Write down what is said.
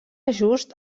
just